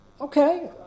Okay